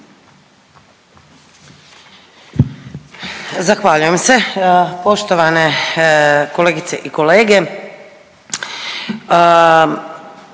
Zahvaljujem se. Poštovane kolegice i kolege,